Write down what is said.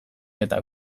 eta